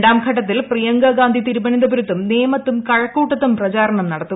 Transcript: രണ്ടാം ഘട്ടത്തിൽ പ്രിയങ്കാഗാന്ധി തിരുവനന്തപുരം നേമത്തും കഴക്കൂട്ടത്തും പ്രചാരണം നടത്തും